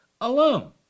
alone